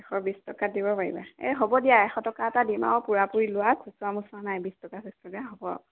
এশ বিছ টকাত দিব পাৰিবা এই হ'ব দিয়া এশ টকা এটা দিম আৰু পূৰাপূৰি লোৱা খুচুৰা মুচুৰা নাই বিছ টকা চিছ টকা হ'ব আৰু